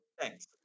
Thanks